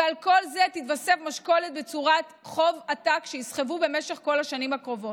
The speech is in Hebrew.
ועל כל זה תתווסף משקולת בצורת חוב עתק שיסחבו במשך כל השנים הקרובות.